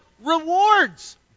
rewards